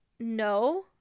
No